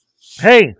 hey –